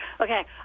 Okay